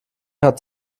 hat